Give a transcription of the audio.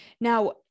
Now